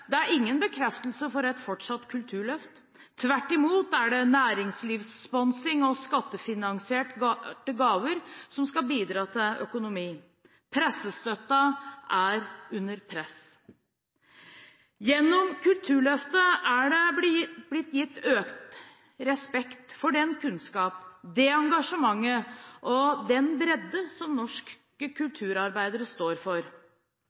Det er ingen bekreftelse på et fortsatt kulturløft. Tvert imot er det næringslivssponsing og skattefinansierte gaver som skal bidra til økonomien. Pressestøtten er under press. Gjennom Kulturløftet er det gitt økt respekt for den kunnskap, det engasjement og den bredde som norske kulturarbeidere står for.